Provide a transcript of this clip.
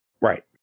Right